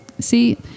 See